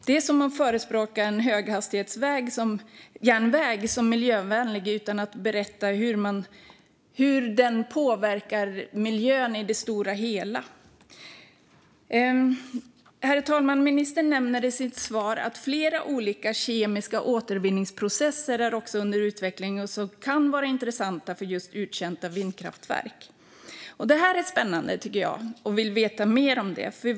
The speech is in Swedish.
Det är som att förespråka en höghastighetsjärnväg och säga att den är miljövänlig utan att berätta hur den påverkar miljön i det stora hela. Herr talman! Ministern sa i sitt svar: Flera olika kemiska återvinningsprocesser är också under utveckling som kan vara intressanta för just uttjänta vindkraftverk. Det här är spännande, tycker jag, och jag vill veta mer om det.